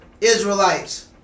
Israelites